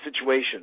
situation